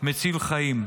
מציל חיים.